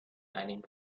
einigen